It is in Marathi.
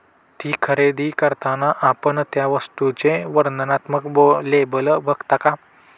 ती खरेदी करताना आपण त्या वस्तूचे वर्णनात्मक लेबल बघता का?